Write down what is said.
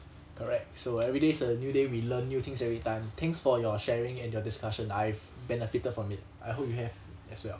correct so every day is a new day we learn new things every time thanks for your sharing and your discussion I've benefited from it I hope you have as well